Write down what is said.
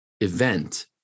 event